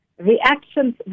reactions